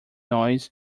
noise